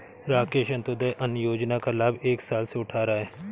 राकेश अंत्योदय अन्न योजना का लाभ एक साल से उठा रहा है